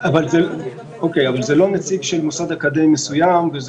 אבל זה לא נציג של מוסד אקדמי מסוים.